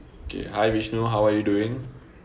okay hi vishnu how are you doing